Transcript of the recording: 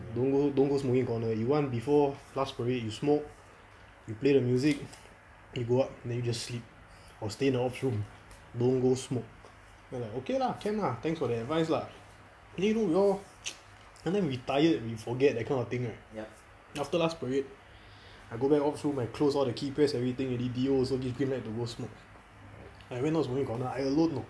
don't go don't go smoking corner you want before last parade you smoke you play the music then you go up you just sleep or stay in the ops room don't go smoke then I like okay lah can lah thanks for the advice lah then you know we all sometimes we tired we forget that kind of thing right after last parade I go back ops room and close all the key press and everything already D_O also give green light to go smoke I went out smoking corner I alone know